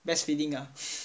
best feeling ah